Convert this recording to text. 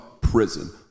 prison